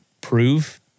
prove